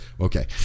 Okay